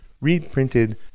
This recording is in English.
reprinted